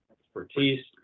expertise